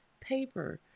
paper